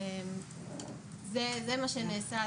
זה מה שנעשה.